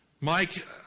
Mike